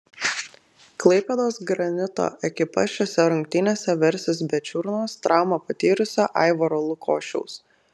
klaipėdos granito ekipa šiose rungtynėse versis be čiurnos traumą patyrusio aivaro lukošiaus